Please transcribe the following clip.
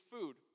food